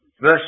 Verse